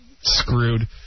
screwed